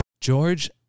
George